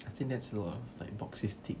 I think that's a lot of like